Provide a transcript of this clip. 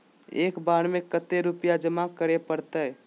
एक बार में कते रुपया जमा करे परते?